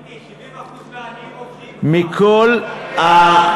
מיקי, 70% מהעניים עובדים כבר, מה אתה מדבר.